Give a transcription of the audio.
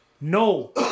No